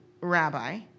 rabbi